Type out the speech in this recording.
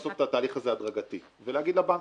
שאפשר לעשות את התהליך הזה הדרגתי ולהגיד לבנקים,